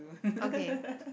okay